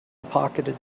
pocketed